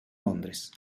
londres